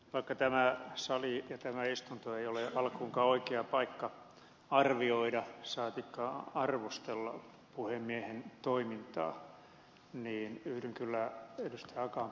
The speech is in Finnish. vaikka tämä sali ja tämä istunto ei ole alkuunkaan oikea paikka arvioida saatikka arvostella puhemiehen toimintaa niin yhdyn kyllä ed